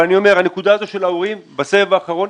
אני אומר שהנקודה הזאת של ההורים בסבב האחרון,